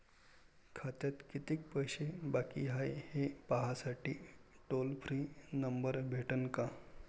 खात्यात कितीकं पैसे बाकी हाय, हे पाहासाठी टोल फ्री नंबर भेटन का?